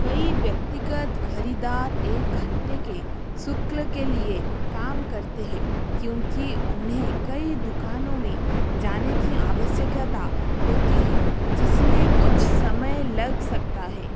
कई व्यक्तिगत ख़रीददार एक घंटे के शुक्ल के लिए काम करते हैं क्योंकि उन्हें कई दुकानों में जाने की आवशयकता होती है जिसमें कुछ समय लग सकता है